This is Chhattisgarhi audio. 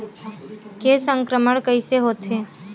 के संक्रमण कइसे होथे?